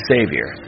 Savior